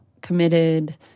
committed